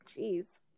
Jeez